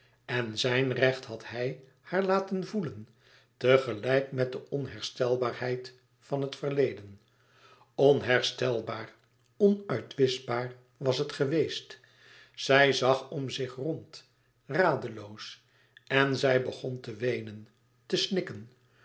en zijn recht had hij haar laten voelen tegelijk met de onherstelbaarheid van het verleden onherstelbaar onuitwischbaar was het geweest zij zag om zich rond radeloos en zij begon te weenen te snikken